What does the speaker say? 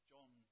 John